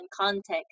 context